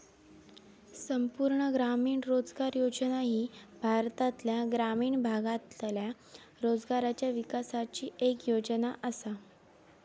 संपूर्ण ग्रामीण रोजगार योजना ही भारतातल्या ग्रामीण भागातल्या रोजगाराच्या विकासाची येक योजना आसा